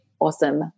awesome